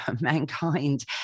mankind